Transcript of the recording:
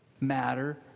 matter